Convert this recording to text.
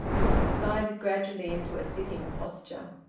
he subsided gradually into a sitting posture.